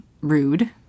rude